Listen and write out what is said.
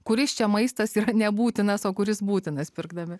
kuris čia maistas yra nebūtinas o kuris būtinas pirkdami